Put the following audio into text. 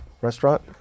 restaurant